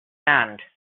sand